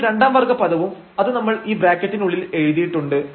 ഇപ്പോൾ രണ്ടാം വർഗ്ഗ പദവും അത് നമ്മൾ ഈ ബ്രാക്കറ്റിന് ഉള്ളിൽ എഴുതിയിട്ടുണ്ട്